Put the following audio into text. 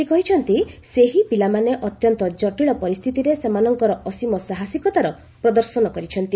ସେ କହିଛନ୍ତି ସେହି ପିଲାମାନେ ଅତ୍ୟନ୍ତ ଜଟିଳ ପରିସ୍ଥିତିରେ ସେମାନଙ୍କର ଅସୀମ ସାହସିକତାର ପ୍ରଦର୍ଶନ କରିଛନ୍ତି